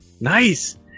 Nice